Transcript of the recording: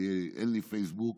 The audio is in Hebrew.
אין לי פייסבוק,